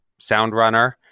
Soundrunner